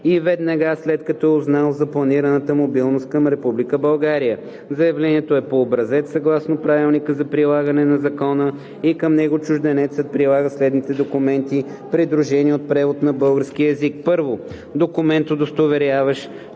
и веднага след като е узнал за планираната мобилност към Република България. Заявлението е по образец съгласно правилника за прилагане на закона, и към него чужденецът прилага следните документи, придружени от превод на български език: 1. документ, удостоверяващ,